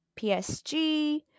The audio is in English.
PSG